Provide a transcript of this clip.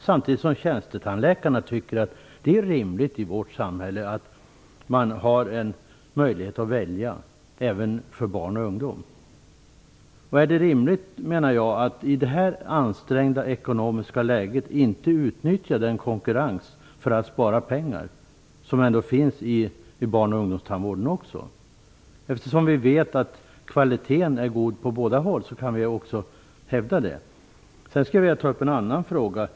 Samtidigt tycker tjänstetandläkare att det är rimligt i vårt samhälle att det finns en möjlighet att välja även för barn och ungdom. Är det rimligt att i det ansträngda ekonomiska läget inte utnyttja den konkurrens för att spara som ändå finns i barn och ungdomstandvården? Eftersom vi vet att kvaliteten är god på båda håll kan vi hävda det. Sedan vill jag ta upp en annan fråga.